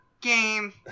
game